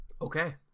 Okay